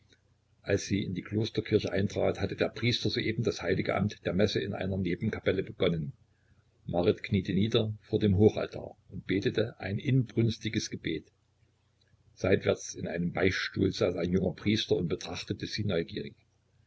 als sie in die klosterkirche eintrat hatte der priester soeben das heilige amt der messe in einer nebenkapelle begonnen marit kniete nieder vor dem hochaltar und betete ein inbrünstiges gebet seitwärts in einem beichtstuhl saß ein junger priester und betrachtete sie neugierig